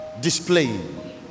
displaying